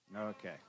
Okay